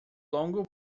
longo